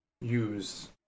use